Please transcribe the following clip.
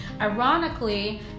Ironically